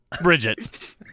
Bridget